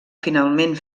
finalment